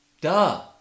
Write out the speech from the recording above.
Duh